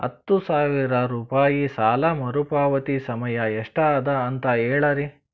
ಹತ್ತು ಸಾವಿರ ರೂಪಾಯಿ ಸಾಲ ಮರುಪಾವತಿ ಸಮಯ ಎಷ್ಟ ಅದ ಅಂತ ಹೇಳರಿ?